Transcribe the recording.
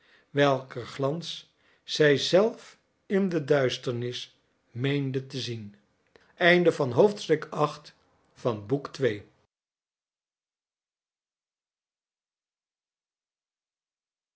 welker glans zij zelf in de duisternis meende te zien